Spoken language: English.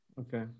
okay